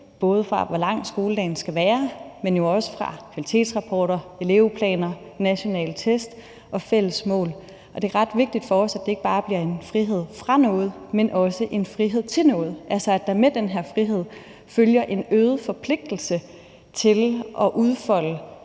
til, hvor lang skoledagen skal være, men jo også i forhold til kvalitetsrapporter, elevplaner, nationale test og fælles mål. Og det er ret vigtigt for os, at det ikke bare bliver en frihed fra noget, men også en frihed til noget; altså at der med den her frihed følger en øget forpligtelse til at udfolde